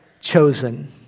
chosen